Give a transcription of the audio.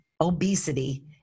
obesity